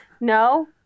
No